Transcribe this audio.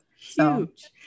Huge